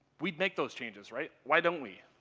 we'd make those changes, right? why don't we?